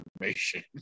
information